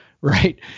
right